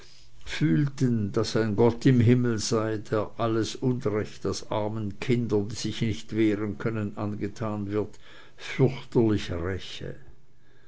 fühlten daß ein gott im himmel sei der alles unrecht das armen kindern die sich nicht wehren können angetan wird fürchterlich räche